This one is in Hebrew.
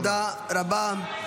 תודה רבה.